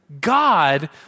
God